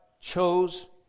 chose